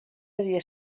devia